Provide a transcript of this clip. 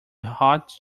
hot